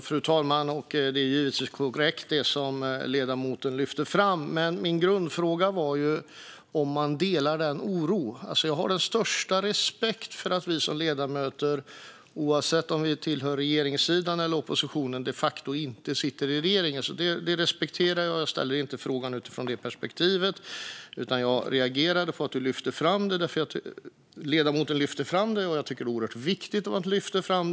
Fru talman! Det är givetvis korrekt, det som ledamoten lyfter fram. Men min grundfråga var ju om man delar denna oro. Jag har den största respekt för att vi som ledamöter, oavsett om vi tillhör regeringssidan eller oppositionen, de facto inte sitter i regeringen. Det respekterar jag. Jag ställde inte frågan utifrån det perspektivet, utan jag reagerade på att ledamoten lyfte fram detta eftersom jag tycker att det är något oerhört viktigt att lyfta fram.